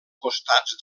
costats